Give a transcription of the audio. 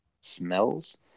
smells